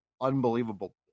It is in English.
unbelievable